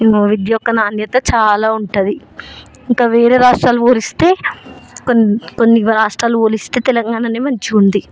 ఇంకా విద్య యొక్క నాణ్యత చాలా ఉంటుంది ఇంకా వేరే రాష్ట్రాలతో పోలిస్తే కొన్ని కొన్ని రాష్ట్రాలతో పోలిస్తే తెలంగాణనే మంచిగుంది